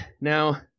Now